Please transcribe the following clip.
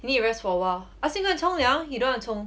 he need rest for a while ask him go and 冲凉 he don't want to 冲